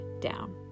down